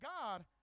God